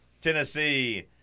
Tennessee